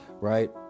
right